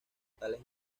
tales